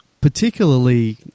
Particularly